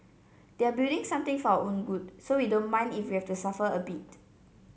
they're building something for our own good so we don't mind if we have to suffer a bit